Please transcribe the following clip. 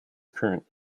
current